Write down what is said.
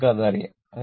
നിങ്ങൾക്കത് അറിയാം